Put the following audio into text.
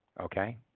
Okay